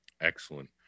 Excellent